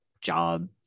job